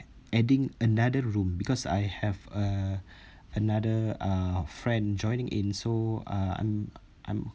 adding another room because I have uh another uh friend joining in so uh I'm I'm